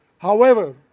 however,